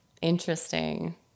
Interesting